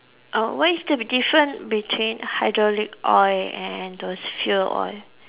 err what is the difference between hydraulic oil and those fuel oil